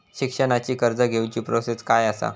शिक्षणाची कर्ज घेऊची प्रोसेस काय असा?